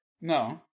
No